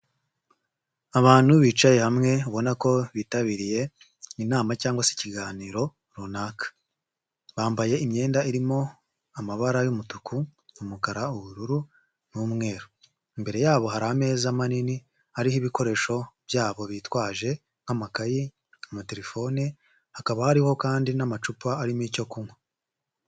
Abantu bicaye hamwe babona ko bitabiriye inama cyangwa se ikiganiro runaka bambaye imyenda irimo amabara'umutuku umukaraubururu n'umweru imbere yabo hari ameza manini hariho ibikoresho byabo bitwaje nk'amakayi amatelefone hakaba hariho kandi n'amacupa arimo icyo kunywa.